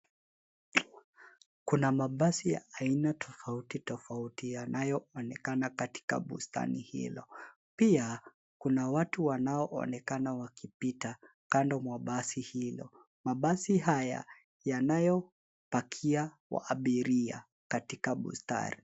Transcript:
Kuna mabasi ya aina tofauti tofauti yanayoonekana katika bustani hilo. Pia kuna watu wanaonekana wakipita kando na basi hilo. Mabasi haya yanayopakia abiria katika bustani.